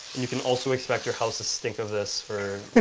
you can also expect your house to stink of this for